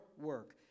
work